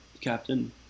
captain